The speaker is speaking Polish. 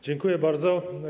Dziękuję bardzo.